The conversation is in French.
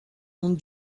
monde